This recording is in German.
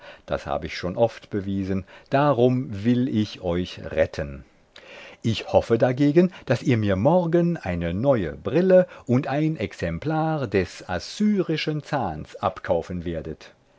das hab ich schon oft bewiesen darum will ich euch retten ich hoffe dagegen daß ihr mir morgen eine neue brille und ein exemplar des assyrischen zahns abkaufen werdet